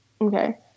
okay